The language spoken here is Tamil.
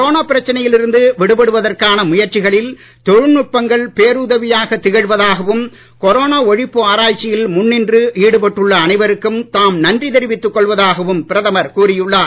கொரோனா பிரச்சனையில் இருந்து விடுபடுவதற்கான முயற்சிகளில் தொழில்நுட்பங்கள் பேருதவியாக திகழ்வதாகவும் கொரோனா ஒழிப்பு ஆராய்ச்சியில் முன்நின்று ஈடுபட்டுள்ள அனைவருக்கும் தாம் நன்றி தெரிவித்து கொள்வதாகவும் பிரதமர் கூறியுள்ளார்